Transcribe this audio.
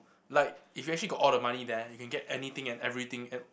like if you actually got all the money there you can get anything and everything and